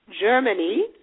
Germany